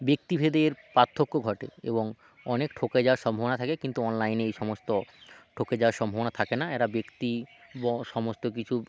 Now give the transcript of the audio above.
ব্যক্তিভেদের পার্থক্য ঘটে এবং অনেক ঠকে যাওয়ার সম্ভাবনা থাকে কিন্তু অনলাইনে এই সমস্ত ঠকে যাওয়ার সম্ভাবনা থাকে না এরা ব্যক্তি ব সমস্ত কিছু